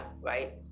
right